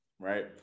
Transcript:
right